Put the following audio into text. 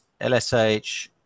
LSH